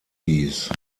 dies